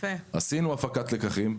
עשינו הפקת לקחים.